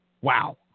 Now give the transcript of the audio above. Wow